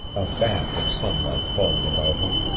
a bath of sunlight falling about her,